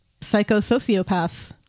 psychosociopaths